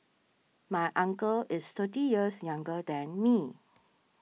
my uncle is thirty years younger than me